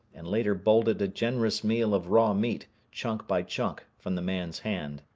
and later bolted a generous meal of raw meat, chunk by chunk, from the man's hand.